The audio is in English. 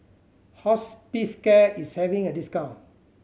Hospicare is having a discount